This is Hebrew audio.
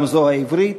גם זו העברית,